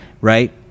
Right